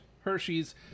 Hershey's